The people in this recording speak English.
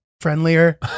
friendlier